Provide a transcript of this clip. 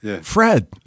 Fred